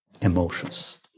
emotions